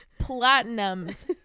platinums